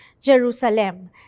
Jerusalem